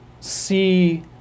see